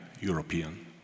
European